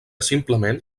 simplement